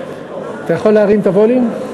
אתה יכול להרים את הווליום?